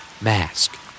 Mask